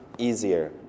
easier